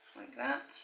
like that